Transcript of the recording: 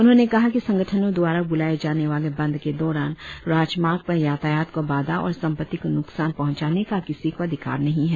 उन्होंने कहा कि संगठनों दवारा ब्लाएं जाने वाले बंद के दौरान राजमार्ग पर यातायात को बाधा और सम्पत्ति को न्कसान पहंचाने का किसी को अधिकार नहीं है